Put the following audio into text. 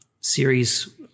series